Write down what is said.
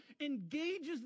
engages